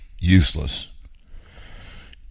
useless